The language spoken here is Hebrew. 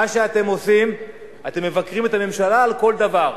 אתם מבקרים את הממשלה על כל דבר.